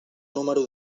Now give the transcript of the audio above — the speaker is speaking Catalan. número